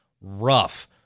rough